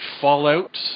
Fallout